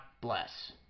bless